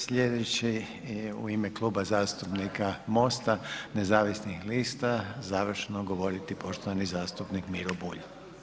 Sljedeći u ime Kluba zastupnika Mosta nezavisnih lista završno govoriti poštovani zastupnik Miro Bulj.